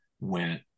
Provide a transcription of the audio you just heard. went